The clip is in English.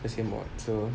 first year mods so